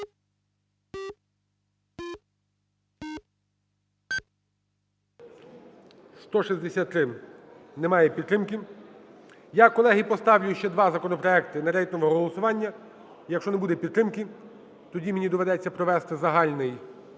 За-163 Немає підтримки. Я, колеги, поставлю ще два законопроекти на рейтингове голосування, якщо не буде підтримки, тоді мені доведеться провести загальний облік